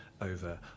over